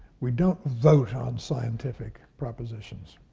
we don't vote on scientific propositions.